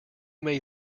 may